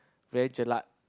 very jelak